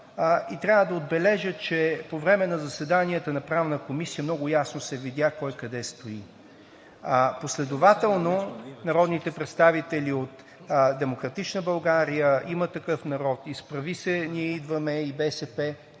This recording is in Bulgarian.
Трябва да отбележа, че по време на заседанията на Правната комисия много ясно се видя кой къде стои. Последователно народните представители от „Демократична България“, „Има такъв народ“, „Изправи се БГ! Ние идваме!“ и БСП